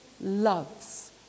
loves